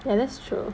ya that's true